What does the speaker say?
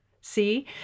See